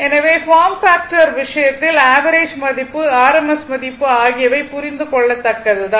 எனவே form factor விஷயத்தில் average மதிப்பு ஆர்எம்எஸ் மதிப்பு ஆகியவை புரிந்து கொள்ளத்தக்கது தான்